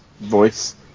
voice